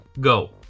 Go